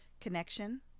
Connection